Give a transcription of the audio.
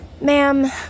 ma'am